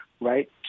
right